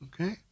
okay